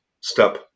step